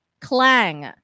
Clang